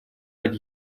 под